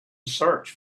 search